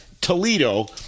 Toledo